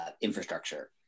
infrastructure